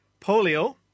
Polio